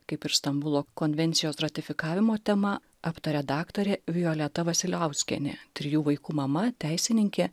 kaip ir stambulo konvencijos ratifikavimo temą aptaria daktarė violeta vasiliauskienė trijų vaikų mama teisininkė